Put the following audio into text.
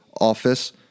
office